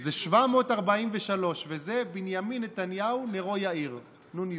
זה 743, וזה בנימין נתניהו נרו יאיר, נ"י.